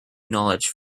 knowledge